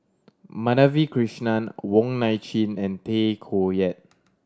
Madhavi Krishnan Wong Nai Chin and Tay Koh Yat